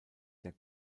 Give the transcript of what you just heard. der